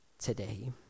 today